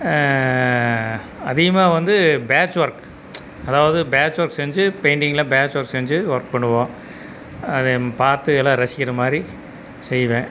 அதிகமாக வந்து patch work அதாவது பேட்ச் ஒர்க் செஞ்சு பெயிண்டிங்கில் பேட்ச் ஒர்க் செஞ்சு ஒர்க் பண்ணுவோம் அதையை பார்த்து எல்லாம் ரசிக்கிற மாதிரி செய்வேன்